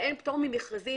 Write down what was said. ואין פטור ממכרזים,